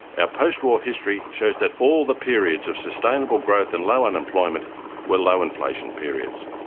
our post-war history shows that all the periods of sustainable growth and low unemployment were low inflation periods.